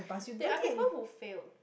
there are people who failed